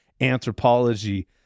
anthropology